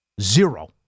Zero